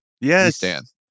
Yes